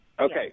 Okay